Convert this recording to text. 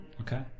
Okay